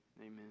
Amen